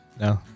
no